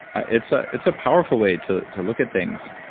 ah it's ah it's a powerful way to to look at things,